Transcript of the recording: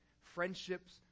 friendships